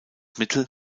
mittel